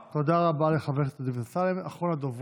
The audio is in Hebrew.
חבר הכנסת אמסלם, תודה רבה.